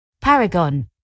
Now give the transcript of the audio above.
Paragon